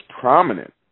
prominent